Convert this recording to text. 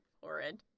Horrid